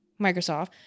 Microsoft